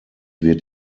wird